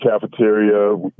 cafeteria